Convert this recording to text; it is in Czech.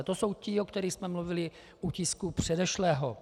To jsou ti, o kterých jsme mluvili u tisku předešlého.